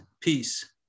peace